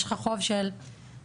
יש לך חוב של 10,000,